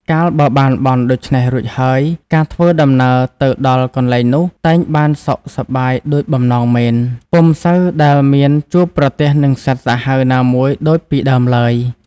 កាលបើបានបន់ដូច្នេះរួចហើយ ការធ្វើដំណើរទៅដល់កន្លែងនោះ តែងបានសុខសប្បាយដូចបំណងមែន ពុំសូវដែលមានជួបប្រទះនឹងសត្វសាហាវណាមួយដូចពីដើមឡើយ ។